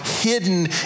hidden